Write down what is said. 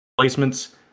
Placements